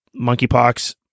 monkeypox